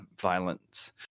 violence